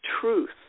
truth